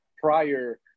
prior